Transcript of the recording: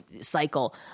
cycle